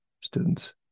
students